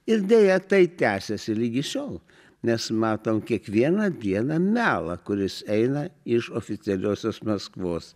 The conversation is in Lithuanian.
ir deja tai tęsiasi ligi šiol nes matom kiekvieną dieną melą kuris eina iš oficialiosios maskvos